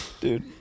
Dude